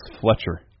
Fletcher